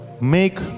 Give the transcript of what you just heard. make